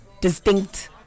distinct